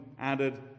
added